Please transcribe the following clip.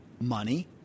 money